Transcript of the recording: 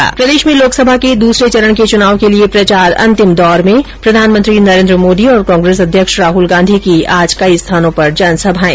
् प्रदेश में लोकसभा के दूसरे चरण के चुनाव के लिए प्रचार अंतिम दौर में प्रधानमंत्री नरेन्द्र मोदी और कांग्रेस अध्यक्ष राहल गांधी की आज कई स्थानों पर जनसभाऐं